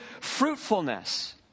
fruitfulness